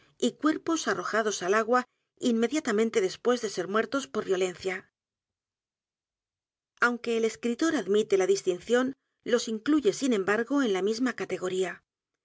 y cuerpos arrojados al agua inmediatamente después de ser muertos por violencia aunque el escritor admite la distinción los i n cluye sin embargo en la misma categoría